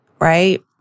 right